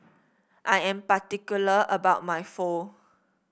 I am particular about my Pho